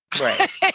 Right